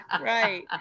right